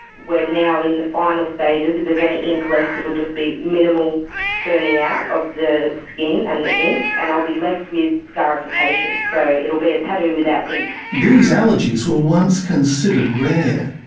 we're now in the final stages. if there's any ink left it'll just be minimal burning out of the skin and the ink, and i'll be left with scarification. so it'll be a tattoo without ink. these allergies were once considered rare,